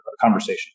conversation